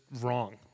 wrong